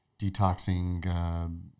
detoxing